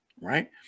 right